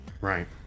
Right